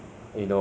that we can